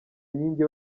nkingi